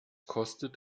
kostet